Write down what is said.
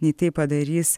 nei tai padarys